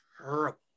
terrible